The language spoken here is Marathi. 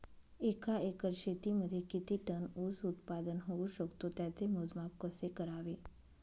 एका एकर शेतीमध्ये किती टन ऊस उत्पादन होऊ शकतो? त्याचे मोजमाप कसे करावे?